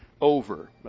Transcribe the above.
over